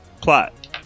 plot